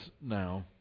now